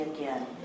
again